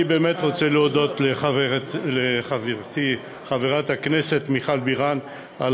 אני באמת רוצה להודות לחברתי חברת הכנסת מיכל בירן על